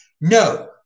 No